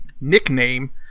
Nickname